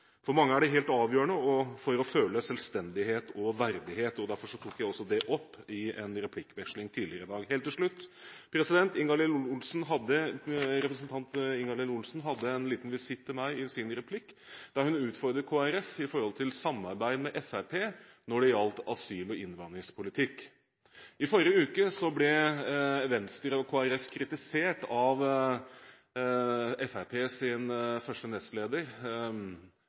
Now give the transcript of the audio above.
For mange er det helt avgjørende for å føle selvstendighet og verdighet. Derfor tok jeg også det opp i en replikkveksling tidligere i dag. Helt til slutt: Representanten Ingalill Olsen hadde en liten visitt til meg i sin replikk, der hun utfordret Kristelig Folkeparti angående samarbeid med Fremskrittspartiet når det gjelder asyl- og innvandringspolitikk. I forrige uke ble Venstre og Kristelig Folkeparti kritisert av Fremskrittspartiets første nestleder,